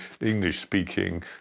English-speaking